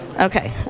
okay